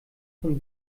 von